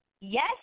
Yes